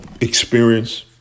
Experience